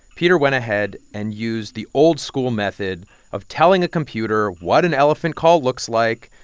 peter went ahead and used the old-school method of telling a computer what an elephant call looks like.